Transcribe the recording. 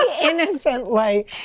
innocently